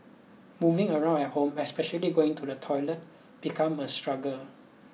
moving around at home especially going to the toilet become a struggle